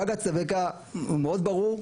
בג"ץ אווקה הוא מאוד ברור,